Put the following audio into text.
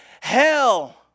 hell